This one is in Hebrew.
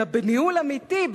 אלא בניהול אמיתי,